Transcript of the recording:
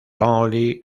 lonely